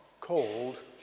called